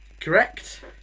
correct